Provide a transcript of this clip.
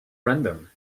random